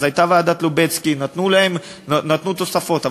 אז הייתה ועדת לובצקי, ונתנו תוספות.